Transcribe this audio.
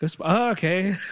Okay